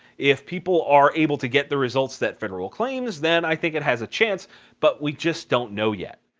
if people are able to get the results that federal claims, then i think it has a chance but we just don't know yet.